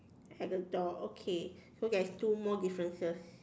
at the door okay so there is two more differences